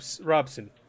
Robson